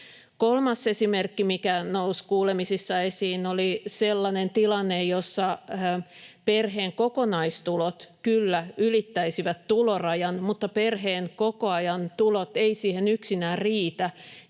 Kolmas esimerkki, mikä nousi kuulemisissa esiin, oli sellainen tilanne, jossa perheen kokonaistulot kyllä ylittäisivät tulorajan mutta perheen koko ajan tulot eivät siihen yksinään riitä,